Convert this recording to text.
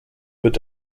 wird